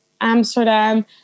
Amsterdam